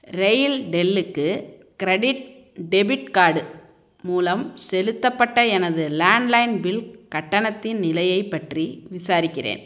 ரெயில்டெல்லுக்கு credit debit card மூலம் செலுத்தப்பட்ட எனது லேண்ட்லைன் பில் கட்டணத்தின் நிலையைப் பற்றி விசாரிக்கிறேன்